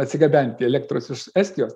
atsigabenti elektros iš estijos